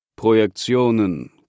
Projektionen